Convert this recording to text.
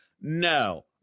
no